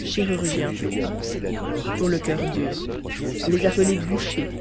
chirurgiens ont le coeur dur les appeler bouchers